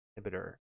inhibitor